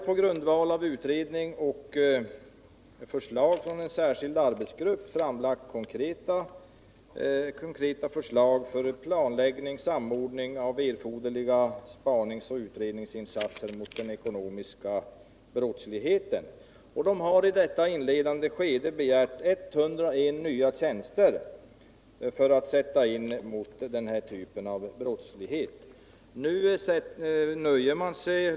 På grundval av utredning och förslag från en särskild arbetsgrupp har konkreta förslag framlagts för planläggning och samordning av erforderliga spaningsoch utredningsinsatser mot den ekonomiska brottsligheten. I det inledande skedet har begärts att 101 nya tjänster skall inrättas mot den här typen av brottslighet.